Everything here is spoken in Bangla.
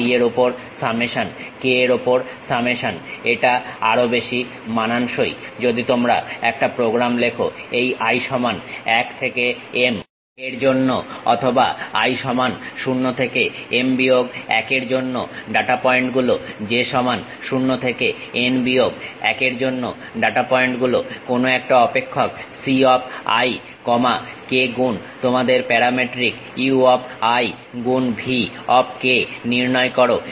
i এর উপর সামেশন k এর উপর সামেশন এটা আরও বেশি মানানসই যদি তোমরা একটা প্রোগ্রাম লেখ এই i সমান 1 থেকে m এর জন্য অথবা i সমান 0 থেকে m বিয়োগ 1 এর জন্য ডাটা পয়েন্টগুলো j সমান 0 থেকে n বিয়োগ 1 এর জন্য ডাটা পয়েন্ট গুলো কোনো একটা অপেক্ষক c অফ i কমা k গুণ তোমাদের প্যারামেট্রিক u অফ i গুণ v অফ k নির্ণয় করো